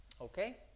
okay